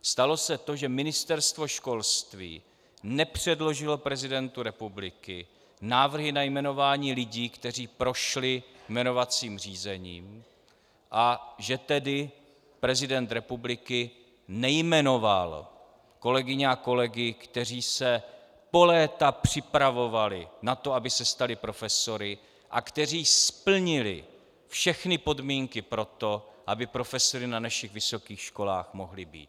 Stalo se to, že Ministerstvo školství nepředložilo prezidentu republiky návrhy na jmenování lidí, kteří prošli jmenovacím řízením, a že tedy prezident republiky nejmenoval kolegyně a kolegy, kteří se po léta připravovali na to, aby se stali profesory, a kteří splnili všechny podmínky pro to, aby profesory na našich vysokých školách mohli být.